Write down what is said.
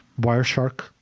Wireshark